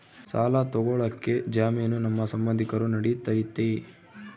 ಸಾಲ ತೊಗೋಳಕ್ಕೆ ಜಾಮೇನು ನಮ್ಮ ಸಂಬಂಧಿಕರು ನಡಿತೈತಿ?